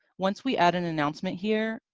once we add an announcement, here,